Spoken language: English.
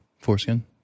Foreskin